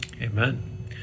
Amen